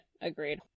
Agreed